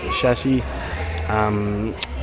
chassis